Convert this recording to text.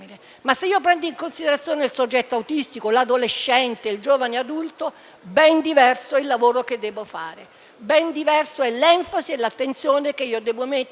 ma se io prendo in considerazione il soggetto autistico adolescente o il giovane adulto ben diverso è il lavoro che devo fare, ben diverse sono l'enfasi e l'attenzione che devo mettere